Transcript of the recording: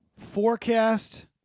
forecast